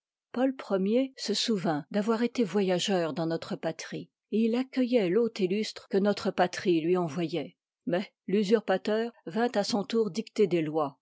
paul i se souvint d'avoir été voyageur dans notre patrie et il accueilloit l'hôte illustre que notre patrie lui envoyoit mais l'usurpateur vint à son tour dicter des lois